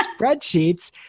spreadsheets